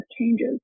changes